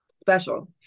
special